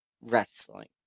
wrestling